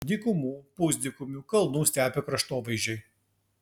dykumų pusdykumių kalnų stepių kraštovaizdžiai